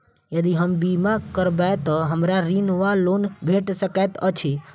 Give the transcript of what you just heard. यदि हम बीमा करबै तऽ हमरा ऋण वा लोन भेट सकैत अछि?